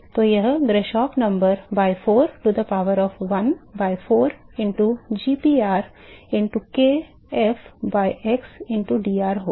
तो वह Grashof number by 4 to the power of 1 by 4 into gPr into k f by x into dr होगा